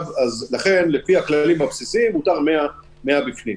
לכן לפי הכללים הבסיסיים, מותר 100 בפנים.